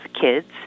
kids